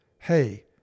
Hey